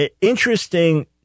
interesting